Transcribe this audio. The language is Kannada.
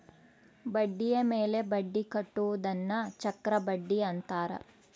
ಬಡ್ಡಿಯ ಮೇಲೆ ಬಡ್ಡಿ ಕಟ್ಟುವುದನ್ನ ಚಕ್ರಬಡ್ಡಿ ಅಂತಾರೆ